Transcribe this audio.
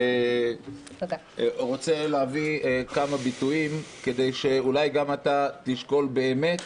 אני רוצה להביא כמה ביטויים כדי שאולי גם אתה תשקול באמת